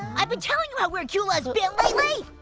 i've been telling you how weird cula has been lately!